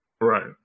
right